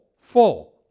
full